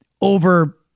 over